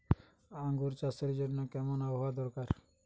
আঙ্গুর চাষের জন্য কেমন আবহাওয়া দরকার?